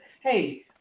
hey